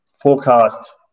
forecast